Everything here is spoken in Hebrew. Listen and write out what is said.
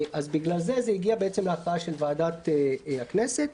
לכן זה הגיע להכרעה של ועדת הכנסת.